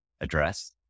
address